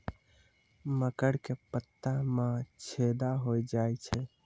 मकर के पत्ता मां छेदा हो जाए छै?